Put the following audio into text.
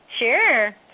Sure